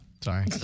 Sorry